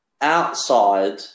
outside